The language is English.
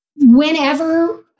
whenever